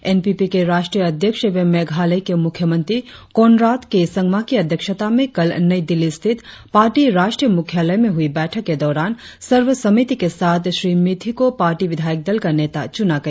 N P P के राष्ट्रीय अध्यक्ष एवं मेघालय के मुख्यमंत्री कोनराड के संगमा की अध्यक्षता में कल नई दिल्ली स्थित पार्टी राष्ट्रीय मुख्यालय में हुई बैठक के दौरान श्री मिथी को पार्टी विधायक दल का नेता चुना गया